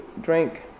drink